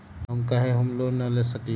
हम काहे home loan न ले सकली ह?